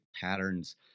patterns